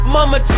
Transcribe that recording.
Mama